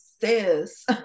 sis